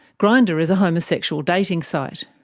grindr is a homosexual dating site.